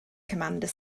commander